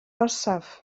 orsaf